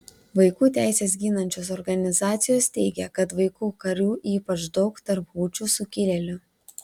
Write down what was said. vaikų teises ginančios organizacijos teigia kad vaikų karių ypač daug tarp hučių sukilėlių